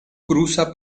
cruza